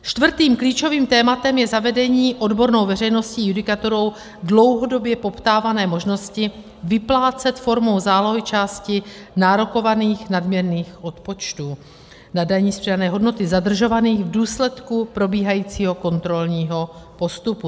Čtvrtým klíčovým tématem je zavedení odbornou veřejností, judikaturou dlouhodobě poptávané možnosti vyplácet formou zálohy části nárokovaných nadměrných odpočtů na dani z přidané hodnoty zadržovaných v důsledku probíhajícího kontrolního postupu.